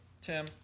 Tim